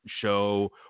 show